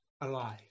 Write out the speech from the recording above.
alive